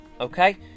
Okay